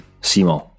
Simon